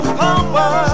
power